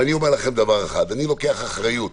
אני לוקח אחריות.